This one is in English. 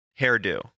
hairdo